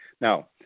Now